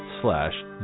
slash